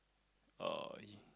uh